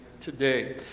today